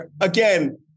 Again